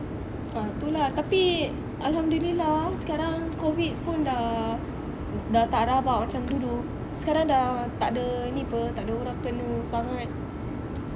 ah tu lah tapi alhamdulillah ah sekarang COVID pun dah dah tak rabak macam dulu sekarang dah takda ni pe takda orang kena sangat